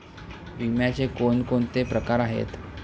विम्याचे कोणकोणते प्रकार आहेत?